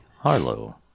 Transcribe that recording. Harlow